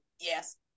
Yes